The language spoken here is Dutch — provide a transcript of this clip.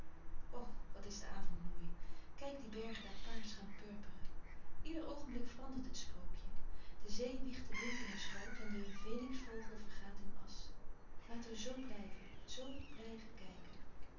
wat is de avond mooi kijk die bergen daar paars gaan purperen ieder oogenblik verandert het sprookje de zee wiegt den wind in haar schoot en de fenixvogel vergaat in asch laten we zoo blijven zoo blijven kijken